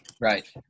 Right